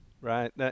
right